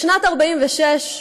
בשנת 1946,